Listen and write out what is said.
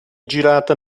girata